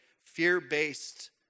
fear-based